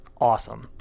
awesome